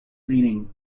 leaning